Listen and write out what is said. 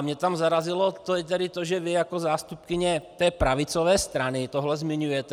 Mě tam zarazilo to, že vy jako zástupkyně pravicové strany tohle zmiňujete.